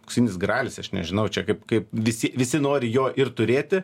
auksinis gralis aš nežinau čia kaip kaip visi visi nori jo ir turėti